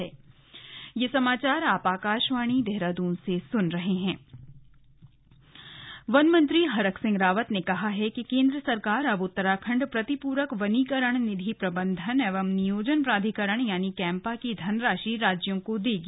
slug CAMPA का पैसा वन मंत्री हरक सिंह रावत ने कहा है कि केंद्र सरकार अब प्रतिप्रक वनीकरण निधि प्रबंधन एवं नियोजन प्राधिकरण यानी कैंपा की धनराशि राज्यों को देगी